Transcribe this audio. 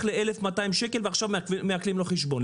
ל-1,200 שקל ועכשיו מעקלים לו את החשבון.